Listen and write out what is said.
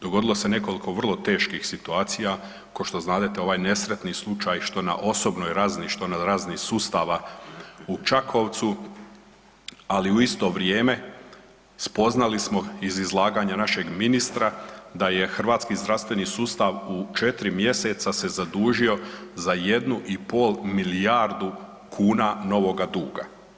Dogodilo se nekoliko vrlo teških situacija ko što znadete ovaj nesretni slučaj što na osobnoj razini, što na razini sustava u Čakovcu, ali u isto vrijeme spoznali smo iz izlaganja našeg ministra da je hrvatski zdravstveni sustav u četiri mjeseca se zadužio za 1,5 milijardu kuna novoga duga.